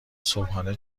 صبحانه